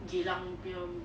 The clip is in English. geylang punya